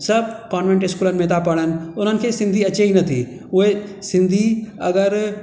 सभु कॉन्वेंट स्कूलनि में था पढ़नि उन्हनि खे सिंधी अचे ई नथी उहे सिन्धी अगरि